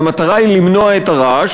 והמטרה היא למנוע את הרעש,